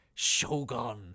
Shogun